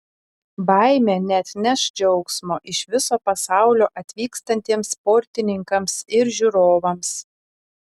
baimė neatneš džiaugsmo iš viso pasaulio atvykstantiems sportininkams ir žiūrovams